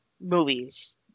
movies